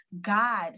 God